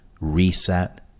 reset